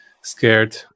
scared